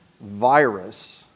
virus